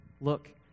look